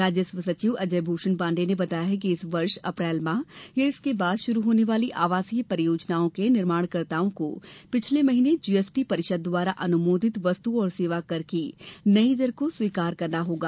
राजस्व सचिव अजय भूषण पाण्डे ने बताया कि इस वर्ष अप्रैल माह या इसके बाद शुरू होने वाली आवासीय परियोजनाओं के निर्माणकर्ताओं को पिछले महीने जीएसटी परिषद द्वारा अनुमोदित वस्तु और सेवा कर की नई दर को स्वीकार करना होगा